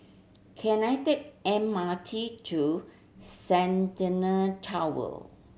can I take M R T to Centennial Tower